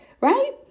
Right